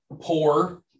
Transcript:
poor